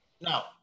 Now